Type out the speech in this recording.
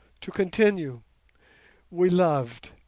to continue we loved,